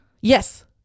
Yes